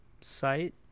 site